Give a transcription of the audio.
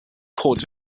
court